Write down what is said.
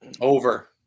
Over